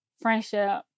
friendship